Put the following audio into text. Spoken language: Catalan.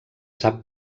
sap